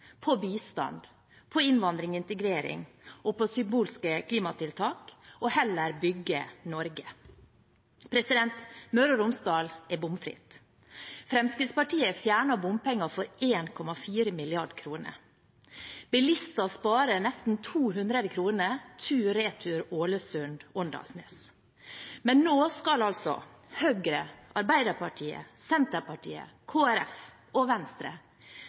på bistand, på innvandring og integrering og på symbolske klimatiltak – og heller bygge Norge. Møre og Romsdal er bomfritt. Fremskrittspartiet fjernet bompenger for 1,4 mrd. kr. Bilister sparer nesten 200 kr tur-retur Ålesund–Åndalsnes. Men nå skal altså Høyre, Arbeiderpartiet, Senterpartiet, Kristelig Folkeparti og Venstre